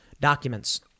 documents